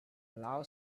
love